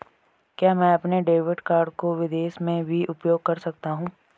क्या मैं अपने डेबिट कार्ड को विदेश में भी उपयोग कर सकता हूं?